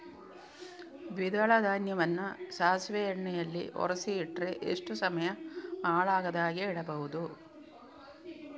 ದ್ವಿದಳ ಧಾನ್ಯವನ್ನ ಸಾಸಿವೆ ಎಣ್ಣೆಯಲ್ಲಿ ಒರಸಿ ಇಟ್ರೆ ಎಷ್ಟು ಸಮಯ ಹಾಳಾಗದ ಹಾಗೆ ಇಡಬಹುದು?